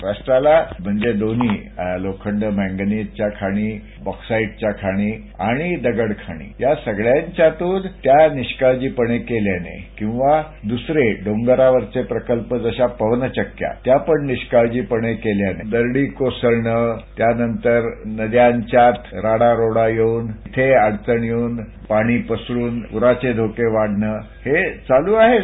महाराष्ट्राला म्हणजे दोन्हीही लोखंड मॅगेनिजच्या खाणी बॉक्साईडच्या खाणी आणि दगड खाणी या सगळ्यांच्यातून त्या निष्काळजीपणे केल्याने किंवा दुसरे डोंगरावरचे प्रकल्प जशा पवन चक्क्या त्याही निष्काळजीपणे केल्याने दरडी कोसळणं त्याचप्रमाणं नद्यांच्यात राडारोड येऊन तिथही अडचणी येऊन पाणी पसरून पुरांचे धोके वाढणं हे चालू आहेच